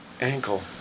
ankle